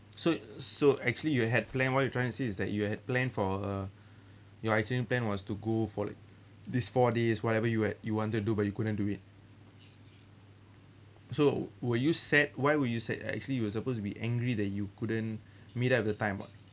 so so actually you had plan what you are trying to say is that you had planned for uh your action plan was to go for like this four days whatever you had you wanted to do but you couldn't do it so were you sad why were you sad actually you were supposed to be angry that you couldn't meet up with the time what